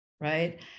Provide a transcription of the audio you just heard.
right